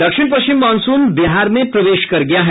दक्षिण पश्चिम माॉनसून बिहार में प्रवेश कर गया है